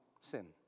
sin